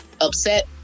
upset